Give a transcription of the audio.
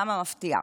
כמה מפתיע.